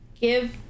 give